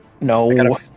No